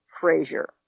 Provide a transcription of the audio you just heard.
Frazier